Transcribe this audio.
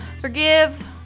Forgive